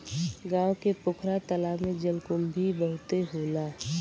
गांव के पोखरा तालाब में जलकुंभी बहुते होला